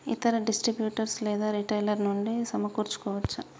ఇతర డిస్ట్రిబ్యూటర్ లేదా రిటైలర్ నుండి సమకూర్చుకోవచ్చా?